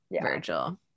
Virgil